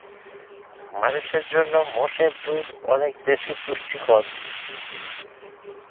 মানুষের জন্য মোষের দুধ অনেক বেশি পুষ্টিকর